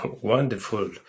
Wonderful